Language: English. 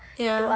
ya